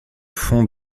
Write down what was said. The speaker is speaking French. fond